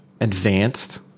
advanced